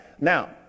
now